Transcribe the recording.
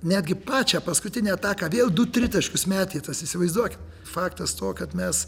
netgi pačią paskutinę ataką vėl du tritaškius metė tas įsivaizduokit faktas to kad mes